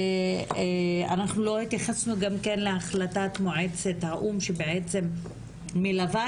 אנחנו לא התייחסנו להחלטת מועצת האו"ם שבעצם מלווה